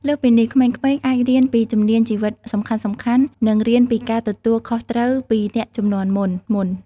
លើសពីនេះ ក្មេងៗអាចរៀនពីជំនាញជីវិតសំខាន់ៗ និងរៀនពីការទទួលខុសត្រូវពីអ្នកជំនាន់មុនៗ។